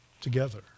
together